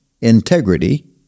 integrity